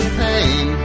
pain